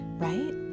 Right